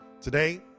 Today